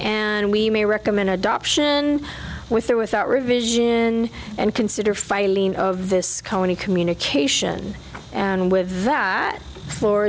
and we may recommend adoption with or without revision and consider filing of this company communication and with that